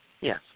Yes